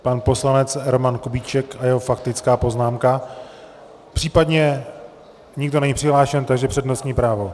Pan poslanec Roman Kubíček a jeho faktická poznámka, případně nikdo není nepřihlášen, takže přednostní právo.